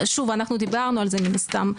שוב, אנחנו דיברנו על זה מן הסתם,